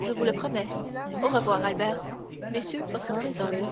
je vous le promets au revoir albert messieurs votre très humble